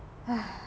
!hais!